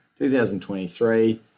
2023